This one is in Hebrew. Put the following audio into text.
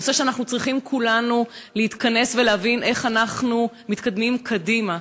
נושא שאנחנו צריכים כולנו להתכנס ולהבין איך אנחנו מתקדמים אותו קדימה,